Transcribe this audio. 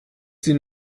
sie